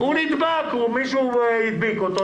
הוא נדבק, מישהו הדביק אותו.